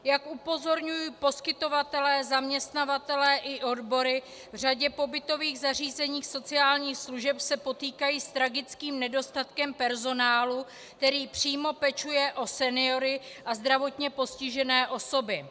Jak upozorňují poskytovatelé, zaměstnavatelé i odbory, v řadě pobytových zařízení sociálních služeb se potýkají s tragickým nedostatkem personálu, který přímo pečuje o seniory a zdravotně postižené osoby.